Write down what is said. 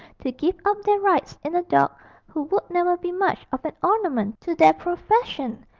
to give up their rights in a dog who would never be much of an ornament to their profession,